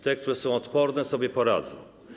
Te, które są odporne, sobie poradzą.